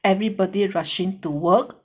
everybody rushing to work